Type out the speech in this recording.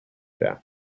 death